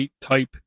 type